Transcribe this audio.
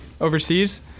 overseas